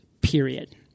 period